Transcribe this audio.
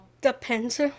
Depends